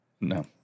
No